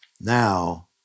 Now